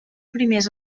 primers